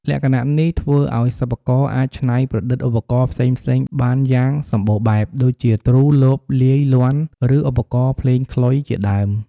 លក្ខណៈនេះធ្វើឱ្យសិប្បករអាចច្នៃប្រឌិតឧបករណ៍ផ្សេងៗគ្នាបានយ៉ាងសម្បូរបែប ដូចជា ទ្រូ លប លាយ លាន់ ឬ ឧបករណ៍ភ្លេងខ្លុយ ជាដើម។